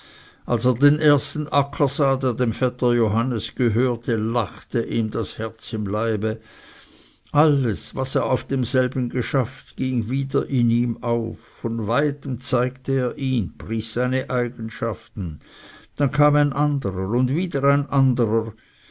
er den ersten acker sah der dem vetter johannes gehörte lachte ihm das herz im leibe alles was er auf demselben geschafft ging wieder in ihm auf von weitem zeigte er ihn pries seine eigenschaften dann kam ein anderer und wieder ein anderer